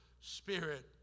Spirit